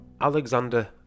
Alexander